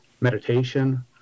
meditation